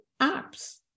apps